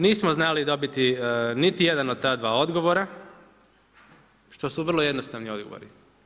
Nismo znali odbiti niti jedan od ta dva odgovora što su vrlo jednostavni odgovori.